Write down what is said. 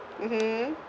mmhmm